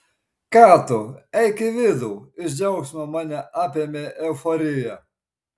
ką tu eik į vidų iš džiaugsmo mane apėmė euforija